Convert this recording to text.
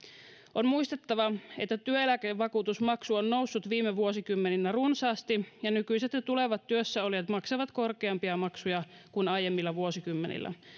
on muistettava että työeläkevakuutusmaksu on noussut viime vuosikymmeninä runsaasti ja nykyiset ja tulevat työssäolijat maksavat korkeampia maksuja kuin aiemmilla vuosikymmenillä